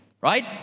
right